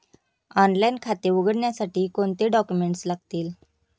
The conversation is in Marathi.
ऑनलाइन खाते उघडण्यासाठी कोणते डॉक्युमेंट्स लागतील?